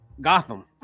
Gotham